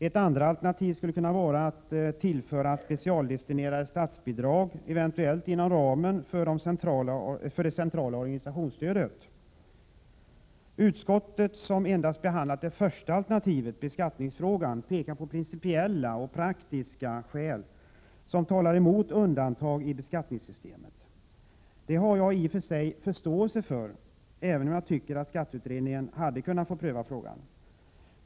Ett andra alternativ är att tillföra specialdestinerade statsbidrag, eventuellt inom ramen för det centrala organisationsstödet. Utskottet, som endast har behandlat det första alternativet — beskattningsfrågan — pekar på principiella och praktiska skäl, som talar mot undantag i beskattningssystemet. Det har jag i och för sig förståelse för, även om jag tycker att skatteutredningen hade kunnat få pröva frågan.